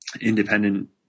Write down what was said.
independent